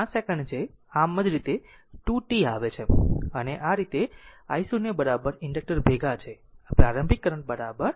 5 second છે આમ જ તે 2 t આવે છે અને આ i 0 ઇન્ડકટર ભેગા છે આ પ્રારંભિક કરંટ 12 એમ્પીયર